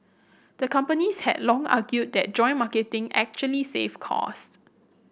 the companies had long argued that joint marketing actually saved cost